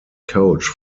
coach